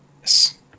Yes